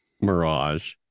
Mirage